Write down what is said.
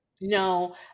No